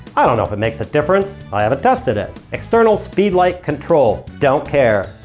i don't know if it makes a difference. i haven't tested it. external speedlight control. don't care.